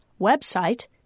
Website